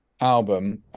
album